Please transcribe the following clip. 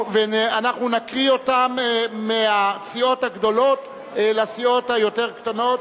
אנחנו נקריא אותן מהסיעות הגדולות אל הסיעות היותר קטנות,